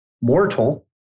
mortal